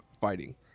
fighting